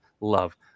love